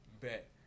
bet